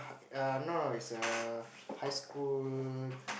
err no no is a high school